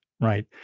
right